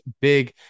Big